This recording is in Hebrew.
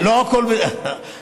לא הכול בסדר,